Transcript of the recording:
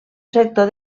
sector